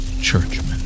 Churchman